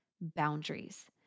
boundaries